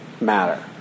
matter